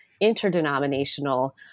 interdenominational